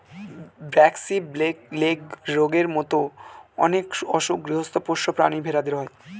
braxy, black leg রোগের মত অনেক অসুখ গৃহস্ত পোষ্য প্রাণী ভেড়াদের হয়